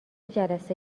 جلسه